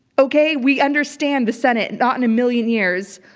okay, we understand the senate, not in a million years,